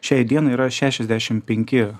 šiai dienai yra šešiasdešimt penki